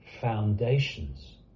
foundations